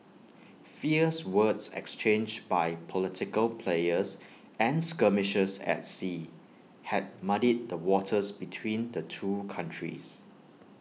fierce words exchanged by political players and skirmishes at sea had muddied the waters between the two countries